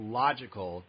logical